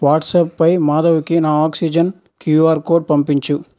వాట్సాప్పై మాధవ్కి నా oxygen QR code పంపించు